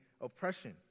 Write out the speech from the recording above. oppression